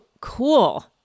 cool